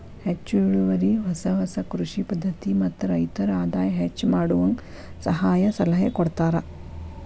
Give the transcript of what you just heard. ಹೆಚ್ಚು ಇಳುವರಿ ಹೊಸ ಹೊಸ ಕೃಷಿ ಪದ್ಧತಿ ಮತ್ತ ರೈತರ ಆದಾಯ ಹೆಚ್ಚ ಮಾಡುವಂಗ ಸಹಾಯ ಸಲಹೆ ಕೊಡತಾರ